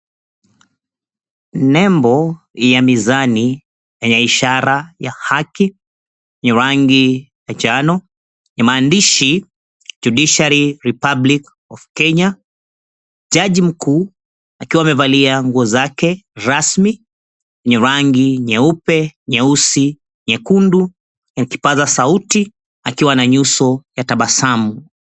Nembo ya mizani na ya ishara ya haki ya rangi ya njano ya maandishi Judiciary Republic of Kenya . Jaji mkuu akiwa amevalia nguo zake rasmi ya rangi nyeupe, nyeusi, nyekundu na kipaza sauti akiwa na nyuso ya tabasamu.